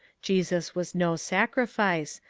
jesus was no sacrifice,